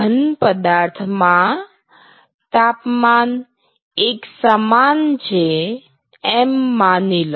ઘન પદાર્થ માં તાપમાન એક સમાન છે એમ માનીલો